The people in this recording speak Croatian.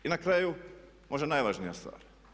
I na kraju, možda najvažnija stvar.